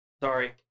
Sorry